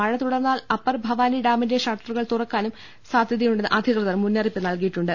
മഴ തുടർന്നാൽ അപ്പർ ഭവാനി ഡാമിന്റെ ഷട്ടറുകൾ തുറക്കാനും സാധ്യതയുണ്ടെന്ന് അധികൃതർ മുന്നറിയിപ്പ് നൽകിയിട്ടുണ്ട്